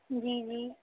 جی جی